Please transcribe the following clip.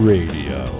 Radio